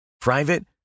Private